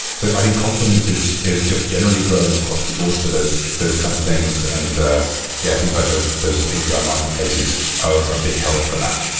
so i think confidence is is just generally growing across the board for those those kind of things. and yeah, things like those those api ah marketplaces are a big help for that.